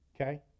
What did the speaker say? okay